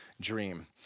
Dream